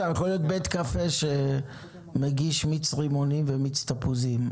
יכול להיות לדוגמה בית קפה שמגיש מיץ רימונים ומיץ תפוזים,